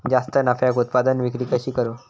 जास्त नफ्याक उत्पादन विक्री कशी करू?